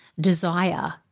desire